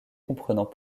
comprenant